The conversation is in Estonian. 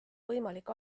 võimalik